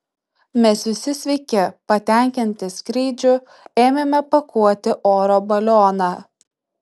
mes visi sveiki patenkinti skrydžiu ėmėme pakuoti oro balioną